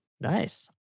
Nice